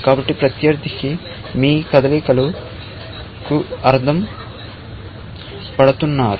కాబట్టి ప్రత్యర్థి మీ కదలికలకు అద్దం పడుతున్నారు